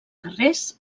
carrers